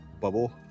bubble